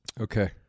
Okay